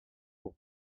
pour